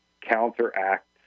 counteract